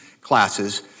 classes